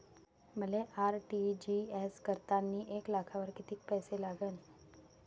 मले आर.टी.जी.एस करतांनी एक लाखावर कितीक पैसे लागन?